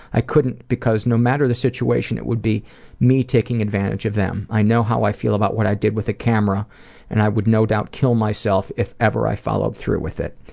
i couldn't because no matter the situation it would be me taking advantage of them. i know how i feel about what i did with a camera and i would no doubt kill myself if ever i followed through with it.